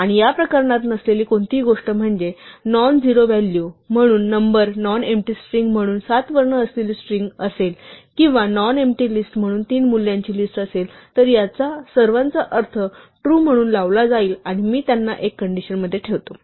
आणि या प्रकरणात नसलेली कोणतीही गोष्ट म्हणजे नॉनझिरो व्हॅल्यू म्हणून नम्बर नॉन एम्पटी स्ट्रिंग म्हणून सात वर्ण असलेली स्ट्रिंग असेल किंवा नॉन एम्पटी लिस्ट म्हणून तीन मूल्यांची लिस्ट असेल तर या सर्वांचा अर्थ ट्रू म्हणून लावला जाईल आणि मी त्यांना एका कंडिशन मध्ये ठेवतो